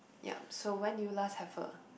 yup so when did you last have a